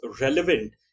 relevant